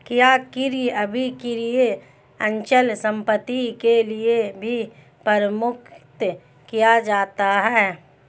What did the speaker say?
क्या क्रय अभिक्रय अचल संपत्ति के लिये भी प्रयुक्त किया जाता है?